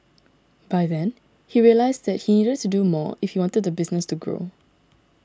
by then he realised that he needed to do more if he wanted the business to grow